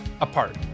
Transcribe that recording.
apart